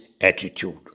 attitude